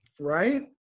Right